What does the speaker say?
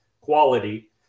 quality